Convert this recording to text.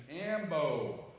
Ambo